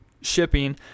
shipping